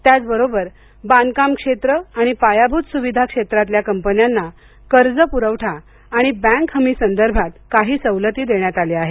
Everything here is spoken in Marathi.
त्याचबरोबर बांधकाम क्षेत्र आणि पायाभूत सुविधा क्षेत्रातल्या कंपन्यांना कर्ज पुरवठा आणि बँक हमी संदर्भात काही सवलती देण्यात आल्या आहेत